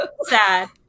Sad